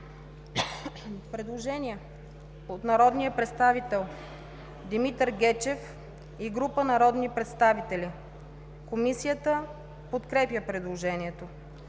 предложение от народния представител Димитър Гечев и група народни представители. Комисията подкрепя предложението.